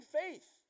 faith